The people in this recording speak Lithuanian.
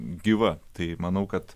gyva tai manau kad